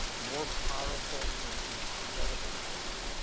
more powerful and incredibly fast.